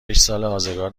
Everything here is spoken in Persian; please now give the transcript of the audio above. ازگار